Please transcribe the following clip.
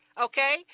Okay